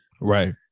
Right